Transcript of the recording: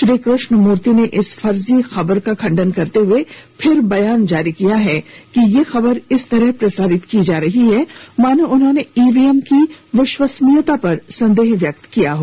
श्री कृष्णामूर्ति ने इस फर्जी खबर का खंडन करते हुए फिर बयान जारी किया है कि यह खबर इस तरह प्रसारित को जा रही है मानो उन्होंने ईवीएम की विश्वसनीयता पर संदेह व्यक्त किया हो